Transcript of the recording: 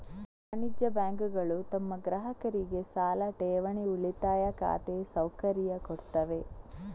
ವಾಣಿಜ್ಯ ಬ್ಯಾಂಕುಗಳು ತಮ್ಮ ಗ್ರಾಹಕರಿಗೆ ಸಾಲ, ಠೇವಣಿ, ಉಳಿತಾಯ ಖಾತೆ ಸೌಕರ್ಯ ಕೊಡ್ತವೆ